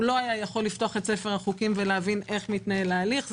הוא לא היה יכול לפתוח את ספר החוקים ולהבין איך מתנהל ההליך.